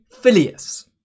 Filius